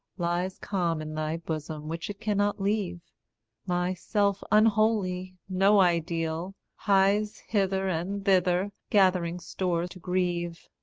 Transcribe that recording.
lies calm in thy bosom, which it cannot leave my self unholy, no ideal, hies hither and thither, gathering store to grieve